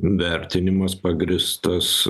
vertinimas pagrįstas